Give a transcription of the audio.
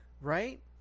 Right